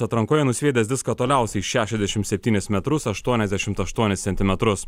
atrankoje nusviedęs diską toliausiai šešiasdešim septynis metrus aštuoniasdešimt aštuonis centimetrus